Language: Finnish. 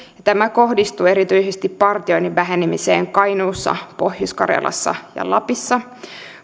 tämä kohdistuu erityisesti partioinnin vähenemiseen kainuussa pohjois karjalassa ja lapissa